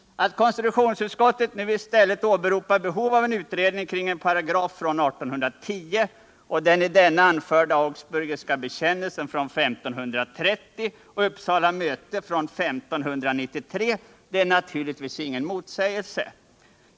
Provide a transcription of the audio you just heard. Att konstitutionsutskottet nu i stället åberopar behov av utredning kring en paragraf från 1810 och den i denna anförda Augsburgska bekännelsen från 1530 och Uppsala möte från 1593 är naturligtvis ingen motsägelse.